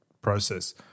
process